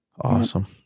Awesome